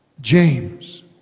James